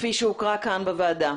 כפי שהוקרא כאן בהצבעה.